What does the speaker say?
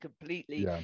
completely